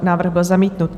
Návrh byl zamítnut.